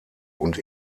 und